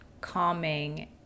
calming